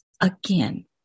Again